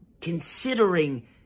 considering